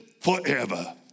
forever